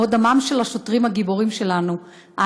כמו דמם של השוטרים הגיבורים שלנו,